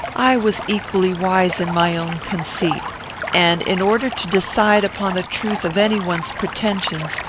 i was equally wise in my own conceit and, in order to decide upon the truth of any one's pretensions,